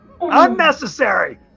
Unnecessary